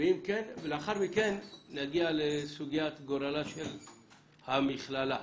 לאחר מכן נגיע לסוגיית גורלה של המכללה.